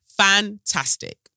Fantastic